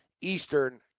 Eastern